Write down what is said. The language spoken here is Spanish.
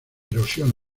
erosión